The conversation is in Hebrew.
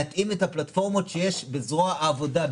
להתאים את הפלטפורמות שיש בזרוע העבודה,